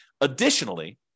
Additionally